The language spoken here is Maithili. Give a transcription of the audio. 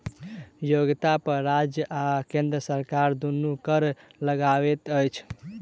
नियोक्ता पर राज्य आ केंद्र सरकार दुनू कर लगबैत अछि